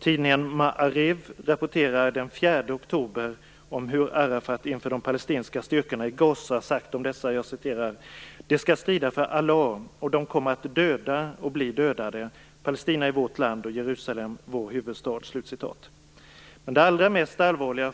Tidningen Maariv rapporterar den 4 Gaza sagt följande om dessa: "De ska strida för Allah, och de kommer att döda och bli dödade. Palestina är vårt land och Jerusalem vår huvudstad." Fru talman! Det allra mest allvarliga